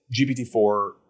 GPT-4